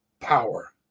power